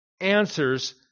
answers